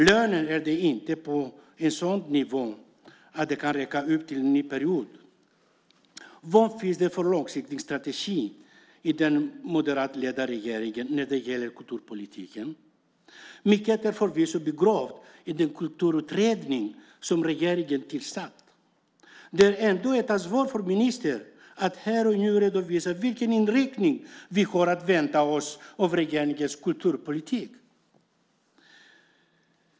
Lönen är inte på en sådan nivå att den kan räcka fram till en ny period. Vad finns det för långsiktig strategi i den moderatledda regeringen när det gäller kulturpolitiken? Mycket är förvisso begravt i den kulturutredning som regeringen har tillsatt. Det är ändå ett ansvar för ministern att här och nu redovisa vilken inriktning vi har att vänta oss av regeringens kulturpolitik.